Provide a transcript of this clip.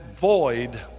void